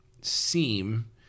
seem